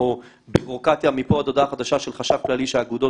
או בירוקרטיה מפה עד הודעה חדשה של חשב כללי שהאגודות